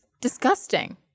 disgusting